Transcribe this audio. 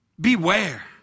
Beware